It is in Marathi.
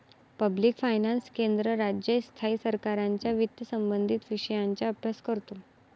पब्लिक फायनान्स केंद्र, राज्य, स्थायी सरकारांच्या वित्तसंबंधित विषयांचा अभ्यास करते